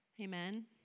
Amen